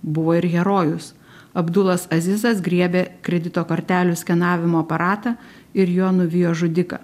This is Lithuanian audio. buvo ir herojus abdulas azizas griebė kredito kortelių skenavimo aparatą ir juo nuvijo žudiką